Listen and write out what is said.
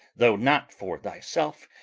though not for thyself,